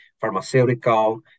pharmaceutical